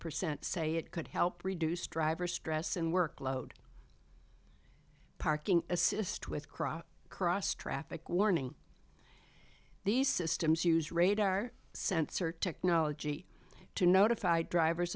percent say it could help reduce driver stress and workload parking assist with crop cross traffic warning these systems use radar sensor technology to notify drivers